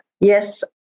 Yes